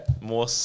More